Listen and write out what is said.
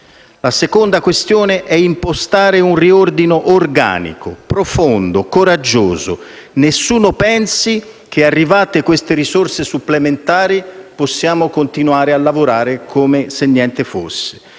Il secondo compito è impostare un riordino organico, profondo, coraggioso: nessuno pensi che, arrivate queste risorse supplementari, possiamo continuare a lavorare come se niente fosse.